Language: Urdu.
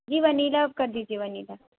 جی ونیلا کر دیجیے ونیلا